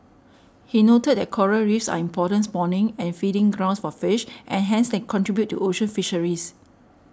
he noted that coral Reefs are important spawning and feeding grounds for fish and hence they contribute to ocean fisheries